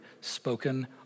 spoken